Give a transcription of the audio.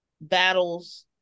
battles